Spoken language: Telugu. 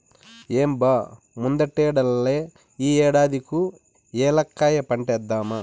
ఏం బా ముందటేడల్లే ఈ ఏడాది కూ ఏలక్కాయ పంటేద్దామా